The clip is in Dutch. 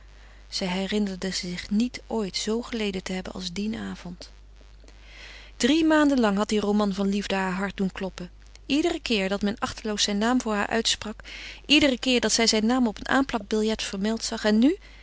zij herinnerde zich niet ooit zoo geleden te hebben als dien avond drie maanden lang had die roman van liefde haar hart doen kloppen iederen keer dat men achteloos zijn naam voor haar uitsprak iederen keer dat zij zijn naam op een aanplakbiljet vermeld zag en nu